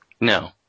No